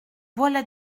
voilà